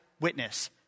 witness